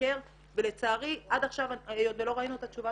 ולבקר ולצערי עד עכשיו היות ולא ראינו את תשובת